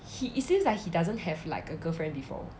he is seems like he doesn't have like a girlfriend before